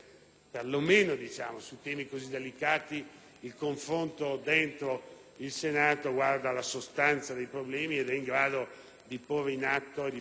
il confronto all'interno del Senato guarda alla sostanza dei problemi ed è in grado di porre in atto e in essere alcune soluzioni efficaci.